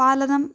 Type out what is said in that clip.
पालनम्